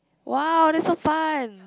!wow! that's so fun